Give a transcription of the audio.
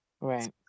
right